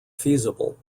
feasible